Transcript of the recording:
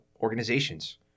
organizations